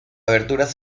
aberturas